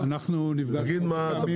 רגע.